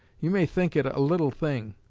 you may think it a little thing,